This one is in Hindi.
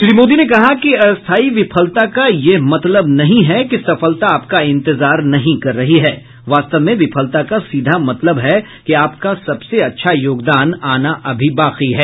प्रधानमंत्री ने कहा कि अस्थाई विफलता का यह मतलब नहीं है कि सफलता आपका इंतजार नहीं कर रही है वास्तव में विफलता का सीधा मतलब है कि आपका सबसे अच्छा योगदान आना अभी बाकी है